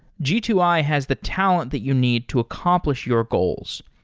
g two i has the talent that you need to accomplish your goals.